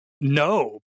No